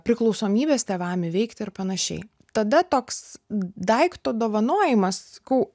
priklausomybes tėvam įveikti ir panašiai tada toks daikto dovanojimas sakau